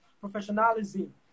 professionalism